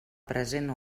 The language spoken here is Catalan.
present